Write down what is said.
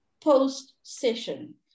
post-session